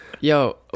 Yo